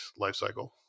lifecycle